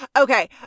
Okay